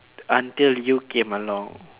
until you came along